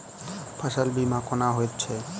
फसल बीमा कोना होइत छै?